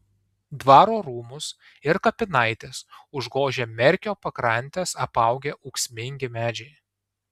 dvaro rūmus ir kapinaites užgožia merkio pakrantes apaugę ūksmingi medžiai